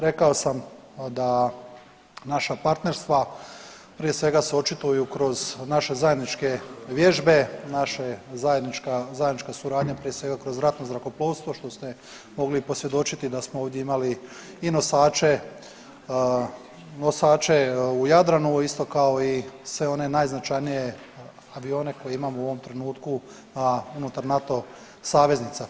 Rekao sam da naša partnerstva prije svega se očituju kroz naše zajedničke vježbe, naše zajednička, zajednička suradnja prije svega kroz ratno zrakoplovstvo što ste mogli i posvjedočiti da smo ovdje imali i nosače, nosače u Jadranu isto kao i sve one najznačajnije avione koje imamo u ovom trenutku, a unutar NATO saveznica.